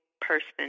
person